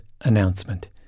announcement